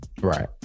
right